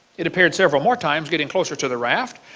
it appeared several more times getting closer to the raft.